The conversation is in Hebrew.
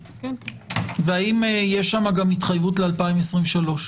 והאם יש שם גם התחייבות ל-2023.